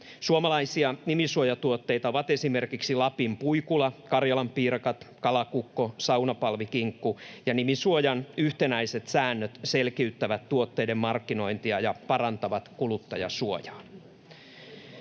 Suomalaisia nimisuojatuotteita ovat esimerkiksi Lapin Puikula, karjalanpiirakat, kalakukko ja saunapalvikinkku. Nimisuojan yhtenäiset säännöt selkiyttävät tuotteiden markkinointia ja parantavat kuluttajansuojaa.